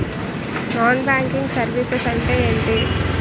Non banking services అంటే ఎంటి?